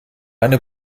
eine